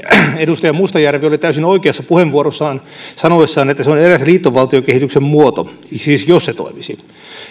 edustaja mustajärvi oli puheenvuorossaan täysin oikeassa sanoessaan että se on eräs liittovaltiokehityksen muoto siis jos se toimisi